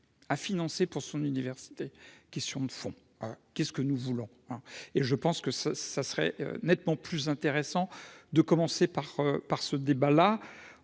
à financer pour son université, question de fond qu'est ce que nous voulons, et je pense que ça, ça serait nettement plus intéressant de commencer par par ce débat là,